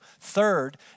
Third